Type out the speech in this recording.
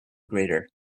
greater